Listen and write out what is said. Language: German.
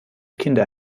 kinder